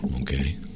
okay